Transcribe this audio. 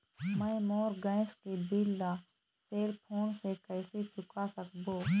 मैं मोर गैस के बिल ला सेल फोन से कइसे चुका सकबो?